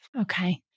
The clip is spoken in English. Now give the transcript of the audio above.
Okay